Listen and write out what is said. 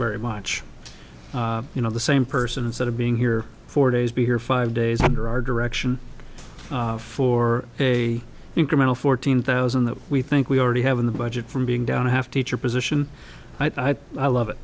very much you know the same person sort of being here four days be here five days under our direction for a incremental fourteen thousand that we think we already have in the budget from being down have teacher position i'd love it